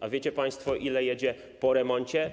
A wiecie państwo, ile jedzie po remoncie?